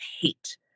hate